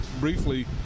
briefly